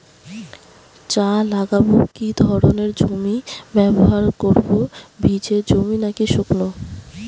চা লাগাবো কি ধরনের জমি ব্যবহার করব ভিজে জমি নাকি শুকনো?